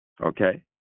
okay